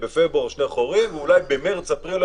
בפברואר שני חורים ואולי במרץ-אפריל היו